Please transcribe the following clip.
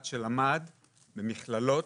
אחד שלמד במכללות